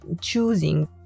choosing